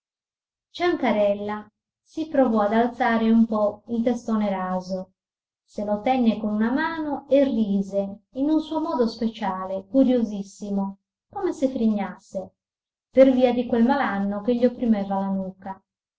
homo ciancarella si provò ad alzare un po il testone raso se lo tenne con una mano e rise in un suo modo speciale curiosissimo come se frignasse per via di quei malanno che gli opprimeva la nuca